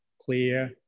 clear